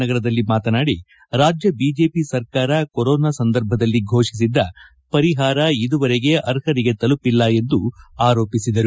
ನಗರದಲ್ಲಿ ಮಾತನಾಡಿ ರಾಜ್ಯ ಬಿಜೆಪಿ ಸರ್ಕಾರ ಕೊರೊನಾ ಸಂದರ್ಭದಲ್ಲಿ ಘೋಷಿಸಿದ್ದ ಪರಿಹಾರ ಇದುವರೆಗೆ ಅರ್ಹರಿಗೆ ತಲುಪಿಲ್ಲ ಎಂದು ಆರೋಪಿಸಿದರು